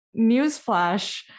Newsflash